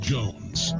Jones